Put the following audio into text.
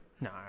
No